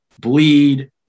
bleed